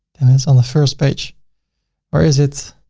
then it's on the first page or is it